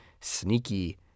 sneaky